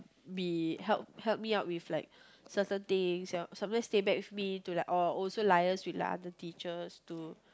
be help help me out with like certain things you know sometimes stay back with me to like oh also liaise with like other teachers to